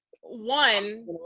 one